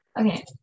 okay